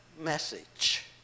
message